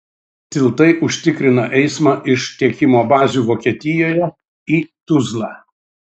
tiltai užtikrina eismą iš tiekimo bazių vokietijoje į tuzlą